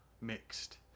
mixed